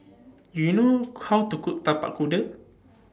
Do YOU know How to Cook Tapak Kuda